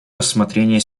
рассмотрения